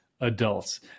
adults